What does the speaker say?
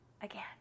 again